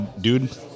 Dude